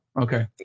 Okay